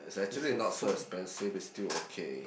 is actually not so expensive is still okay